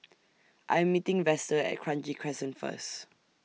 I Am meeting Vester At Kranji Crescent First